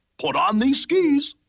put on these skis.